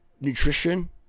nutrition